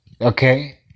Okay